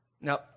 Now